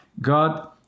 God